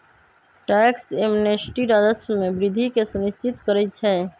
tax amnesty राजस्व में वृद्धि के सुनिश्चित करइ छै